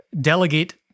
delegate